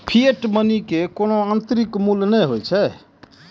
fiat money के कोनो आंतरिक मूल्य नै होइ छै